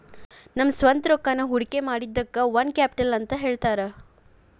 ನಮ್ದ ಸ್ವಂತ್ ರೊಕ್ಕಾನ ಹೊಡ್ಕಿಮಾಡಿದಕ್ಕ ಓನ್ ಕ್ಯಾಪಿಟಲ್ ಅಂತ್ ಹೇಳ್ತಾರ